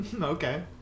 Okay